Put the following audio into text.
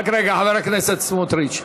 רק רגע, חבר הכנסת סמוטריץ.